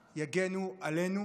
הם יגנו עלינו?